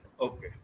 Okay